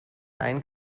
einen